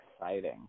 Exciting